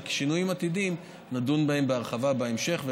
ועל שינויים עתידיים נדון בהרחבה בהמשך.